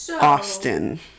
Austin